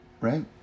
right